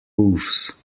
hoofs